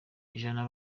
ijana